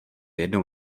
jednou